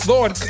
Lord